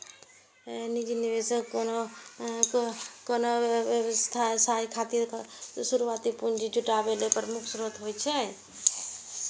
निजी निवेशक कोनो व्यवसाय खातिर शुरुआती पूंजी जुटाबै के प्रमुख स्रोत होइ छै